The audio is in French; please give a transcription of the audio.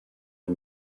les